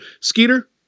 Skeeter